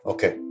Okay